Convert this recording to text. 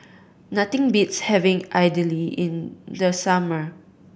nothing beats having idly in the summer